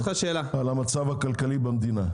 לעניין הזה, על המצב הכלכלי במדינה.